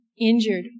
injured